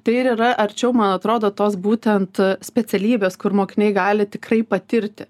tai ir yra arčiau man atrodo tos būtent specialybės kur mokiniai gali tikrai patirti